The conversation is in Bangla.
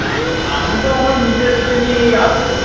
আমি তো আমার মিসেসকে নিয়েই আসব